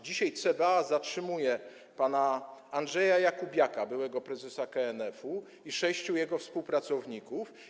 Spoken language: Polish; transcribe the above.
Dzisiaj CBA zatrzymuje pana Andrzeja Jakubiaka, byłego prezesa KNF-u, i sześciu jego współpracowników.